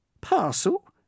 Parcel